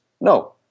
No